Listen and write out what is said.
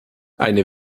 eine